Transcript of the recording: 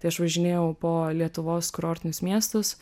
tai aš važinėjau po lietuvos kurortinius miestus